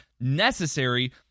necessary